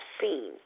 seen